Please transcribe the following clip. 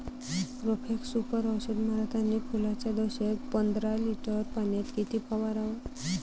Profex Super औषध मारतानी फुलाच्या दशेत पंदरा लिटर पाण्यात किती फवाराव?